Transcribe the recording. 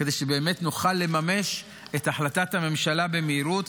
כדי שבאמת נוכל לממש את החלטת הממשלה במהירות,